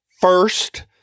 first